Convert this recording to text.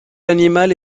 l’animal